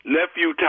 Nephew